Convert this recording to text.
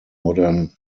modern